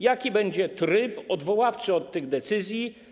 Jaki będzie tryb odwoławczy od tych decyzji?